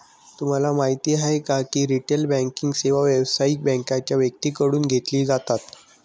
तुम्हाला माहिती आहे का की रिटेल बँकिंग सेवा व्यावसायिक बँकांच्या व्यक्तींकडून घेतली जातात